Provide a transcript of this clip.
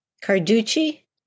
Carducci